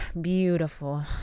beautiful